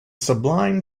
sublime